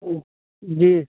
جی